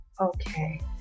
Okay